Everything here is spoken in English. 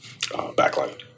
backline